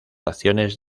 acciones